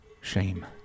Shame